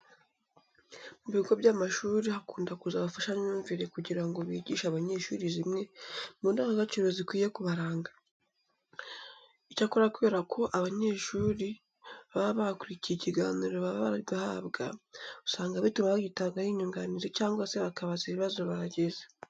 Mu bigo by'amashuri hakunda kuza abafashamyumvire kugira ngo bigishe abanyeshuri zimwe mu ndangagaciro zikwiye kubaranga. Icyakora kubera ko aba banyeshuri baba bakurikiye ikiganiro baba bari guhabwa, usanga bituma bagitangaho inyunganizi cyangwa se bakabaza ibibazo bagize.